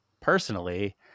personally